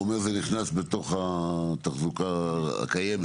הוא אומר שזה נכנס בתוך התחזוקה הקיימת.